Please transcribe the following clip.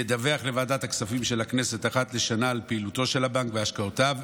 ידווח לוועדת הכספים של הכנסת אחת לשנה על פעילותו של הבנק והשקעותיו,